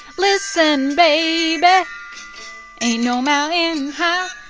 listen, baby. ain't no mountain high,